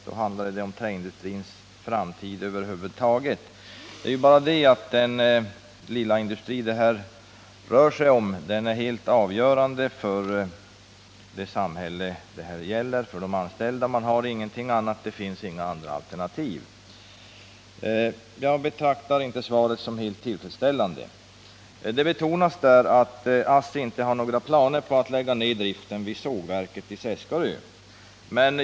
Den fråga vi nu diskuterar rör en industri av mindre dimensioner — det är bara det att denna lilla industri är helt avgörande för det samhälle det gäller och för de anställda. Det finns inget alternativ för dem. Jag betraktar inte svaret som helt tillfredsställande. Det betonas där att ASSI inte har planer på att lägga ned driften vid sågverket i Seskarö.